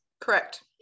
correct